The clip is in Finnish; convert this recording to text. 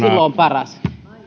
on paras